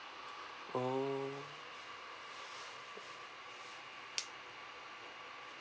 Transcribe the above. oh